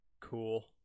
Cool